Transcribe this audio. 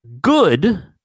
Good